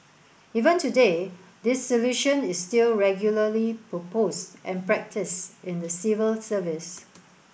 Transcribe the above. even today this solution is still regularly proposed and practised in the civil service